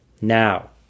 Now